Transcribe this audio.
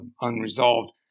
unresolved